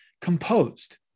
composed